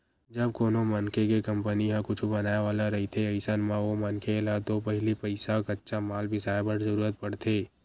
जब कोनो मनखे के कंपनी ह कुछु बनाय वाले रहिथे अइसन म ओ मनखे ल तो पहिली पइसा कच्चा माल बिसाय बर जरुरत पड़थे